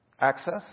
Access